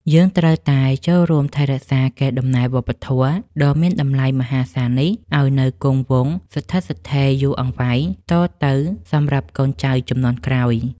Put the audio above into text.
យើងត្រូវតែចូលរួមថែរក្សាកេរដំណែលវប្បធម៌ដ៏មានតម្លៃមហាសាលនេះឱ្យនៅគង់វង្សស្ថិតស្ថេរយូរអង្វែងតទៅសម្រាប់កូនចៅជំនាន់ក្រោយ។